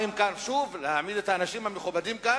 באים לכאן שוב להעמיד את האנשים המכובדים כאן